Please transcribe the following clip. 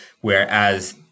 whereas